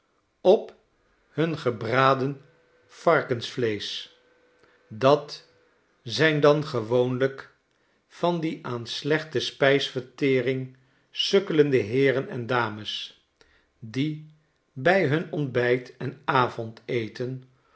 op hun gebraden varkensvleescb dat zijn dan gewoonlijk van die aan slechte spijsvertering sukkelende heeren en dames die bij hun ontbijt en avondeten